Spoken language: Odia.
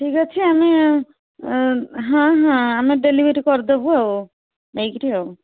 ଠିକ ଅଛି ଆମେ ହଁ ହଁ ଆମେ ଡେଲିଭରି କରିଦେବୁ ଆଉ ନେଇକିରି ଆଉ